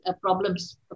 problems